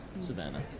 Savannah